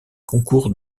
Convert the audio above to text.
concours